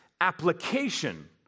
application